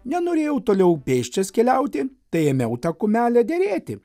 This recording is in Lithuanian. nenorėjau toliau pėsčias keliauti tai ėmiau tą kumelę derėti